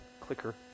clicker